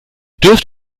dürft